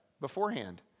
beforehand